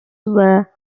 were